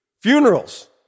Funerals